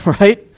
right